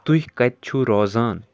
تُہۍ کَتہِ چھُو روزان